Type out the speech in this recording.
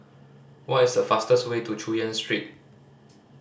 what is the fastest way to Chu Yen Street